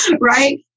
right